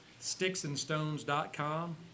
sticksandstones.com